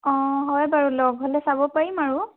অঁ হয় বাৰু লগ হ'লে চাব পাৰিম আৰু